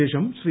ശേഷം ശ്രീ